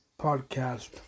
podcast